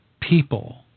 people